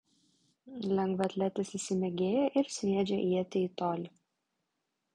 lengvaatletis įsibėgėja ir sviedžia ietį į tolį